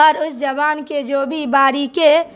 اور اس زبان کے جو بھی باریکی